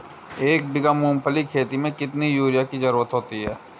एक बीघा मूंगफली की खेती में कितनी यूरिया की ज़रुरत होती है?